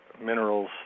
minerals